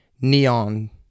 neon